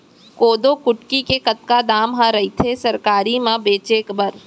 कोदो कुटकी के कतका दाम ह रइथे सरकारी म बेचे बर?